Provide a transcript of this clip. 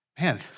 man